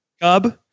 cub